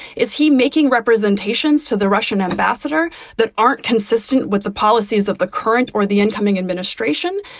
is he making representations to the russian ambassador that aren't consistent with the policies of the current or the incoming administration?